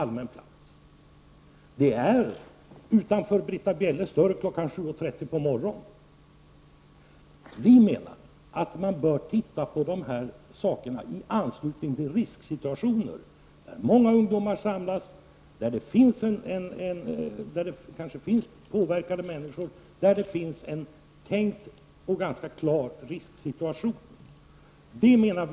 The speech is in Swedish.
Allmän plats är utanför Britta Bjelles dörr kl. 07.30 på morgonen. Vi anser att man bör se till frågan om knivförbud i anslutning till risksituationer. En sådan är tillställningar där många ungdomar samlas, där det kanske finns alkoholpåverkade människor osv. I sådana fall är det enligt vår mening mer befogat med knivförbud.